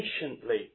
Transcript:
patiently